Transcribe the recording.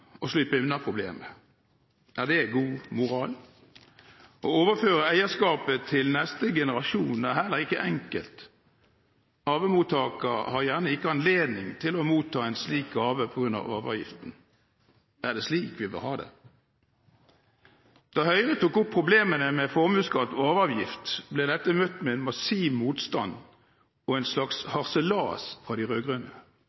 og slippe unna problemet. Er det god moral? Å overføre eierskapet til neste generasjon er heller ikke enkelt. Arvemottaker har gjerne ikke anledning til å motta en slik gave på grunn av arveavgiften. Er det slik vi vil ha det? Da Høyre tok opp problemene med formuesskatt og arveavgift, ble dette møtt med en massiv motstand og en slags